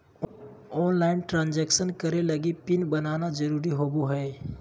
online transaction करे लगी PIN बनाना जरुरी होबो हइ